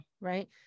Right